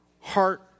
heart